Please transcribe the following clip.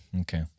Okay